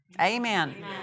Amen